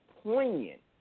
poignant